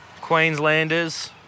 Queenslanders